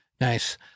Nice